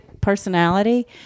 personality